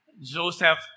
Joseph